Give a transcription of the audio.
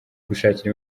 gushakira